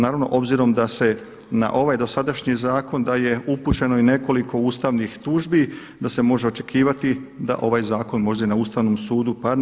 Naravno obzirom da se na ovaj dosadašnji zakon da je upućeno i nekoliko ustavnih tužbi, da se može očekivati da ovaj zakon možda i na Ustavnom sudu padne.